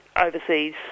overseas